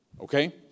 okay